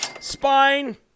Spine